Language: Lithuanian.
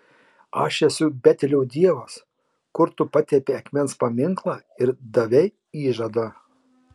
aš esu betelio dievas kur tu patepei akmens paminklą ir davei įžadą